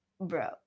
bro